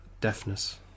deafness